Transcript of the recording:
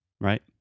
Right